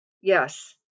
Yes